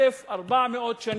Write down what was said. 1,400 שנים.